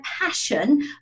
passion